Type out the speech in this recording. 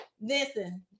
Listen